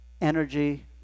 energy